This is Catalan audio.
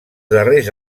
darrers